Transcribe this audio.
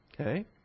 Okay